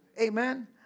Amen